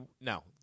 No